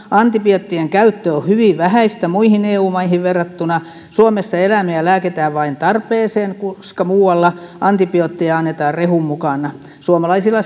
antibioottien käyttö on hyvin vähäistä muihin eu maihin verrattuna suomessa eläimiä lääkitään vain tarpeeseen kun muualla antibiootteja annetaan rehun mukana suomalaisilla